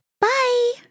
Bye